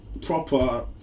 proper